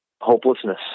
hopelessness